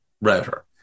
router